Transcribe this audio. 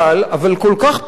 אבל כל כך פסול,